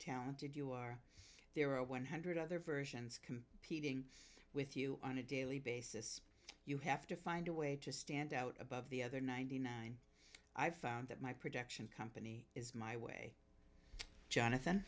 talented you are there are one hundred other versions competing with you on a daily basis you have to find a way to stand out above the other ninety nine i found that my production company is my way jonathan